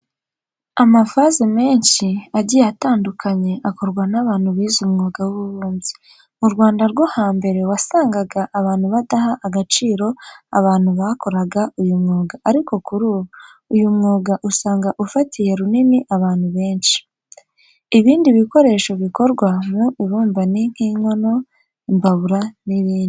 Amavaze menshi agiye atandukanye akorwa n'abantu bize umwuga w'ububumbyi. Mu Rwanda rwo hambere wasangaga abantu badaha agaciro abantu bakoraga uyu mwuga ariko kuri ubu, uyu mwuga usanga ufatiye runini abantu benshi. Ibindi bikoresho bikorwa mu ibumba ni nk'inkono, imbabura n'ibindi.